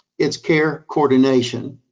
it's care coordination.